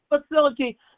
facility